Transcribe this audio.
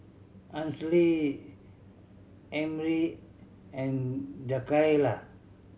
Ansley Emry and Jakayla